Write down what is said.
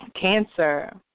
Cancer